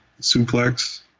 suplex